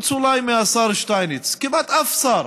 אולי חוץ מהשר שטייניץ, כמעט אף שר